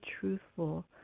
truthful